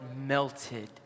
melted